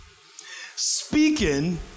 Speaking